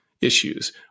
issues